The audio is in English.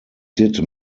did